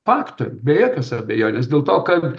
faktorių be jokios abejonės dėl to kad